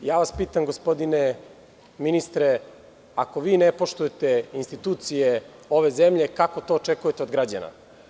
Pitam vas, gospodine ministre, ako vi ne poštujete institucije ove zemlje, kako to očekujete od građana?